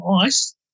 ice